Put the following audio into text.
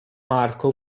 marco